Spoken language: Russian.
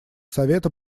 совета